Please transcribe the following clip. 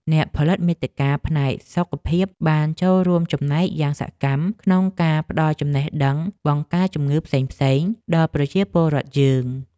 អ្នកផលិតមាតិកាផ្នែកសុខភាពបានចូលរួមចំណែកយ៉ាងសកម្មក្នុងការផ្ដល់ចំណេះដឹងបង្ការជំងឺផ្សេងៗដល់ប្រជាពលរដ្ឋយើង។